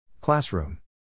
Classroom